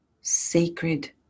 Sacred